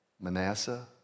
Manasseh